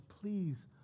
please